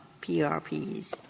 PRPs